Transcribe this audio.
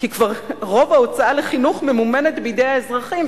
כי רוב ההוצאה לחינוך כבר ממומנת בידי האזרחים,